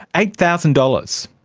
eight thousand dollars?